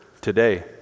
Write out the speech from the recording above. today